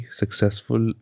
successful